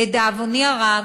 לדאבוני הרב,